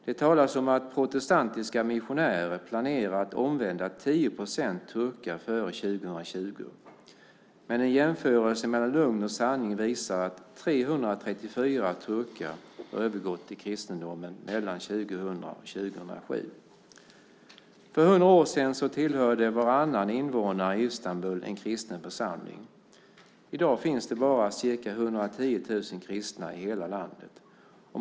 Det talas om att protestantiska missionärer planerar att omvända 10 procent turkar före 2020. Men en jämförelse mellan lögn och sanning visar att 334 turkar har övergått till kristendomen mellan 2000 och 2007. För hundra år sedan tillhörde varannan invånare i Istanbul en kristen församling. I dag finns det bara ca 110 000 kristna i hela landet.